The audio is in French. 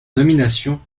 nomination